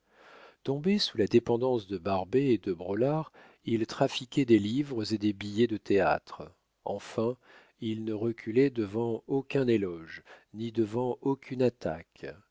sous la dépendance de barbet et de braulard il trafiquait des livres et des billets de théâtres enfin il ne reculait devant aucun éloge ni devant aucune attaque